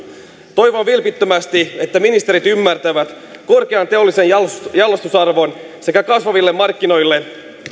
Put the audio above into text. toivon vilpittömästi että ministerit ymmärtävät korkean teollisen jalostusarvon sekä kasvaville markkinoille